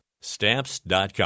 Stamps.com